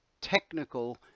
technical